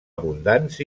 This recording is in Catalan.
abundants